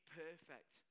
perfect